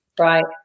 Right